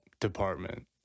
department